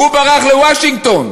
הוא ברח לוושינגטון,